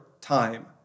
time